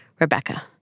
Rebecca